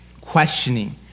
Questioning